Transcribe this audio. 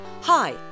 Hi